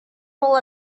all